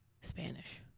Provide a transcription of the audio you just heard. Spanish